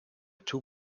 two